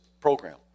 program